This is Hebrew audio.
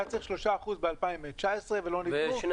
צריך 3% ב-2019 ולא ניתנו --- ואני